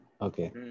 Okay